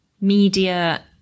media